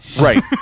right